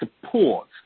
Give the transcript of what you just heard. support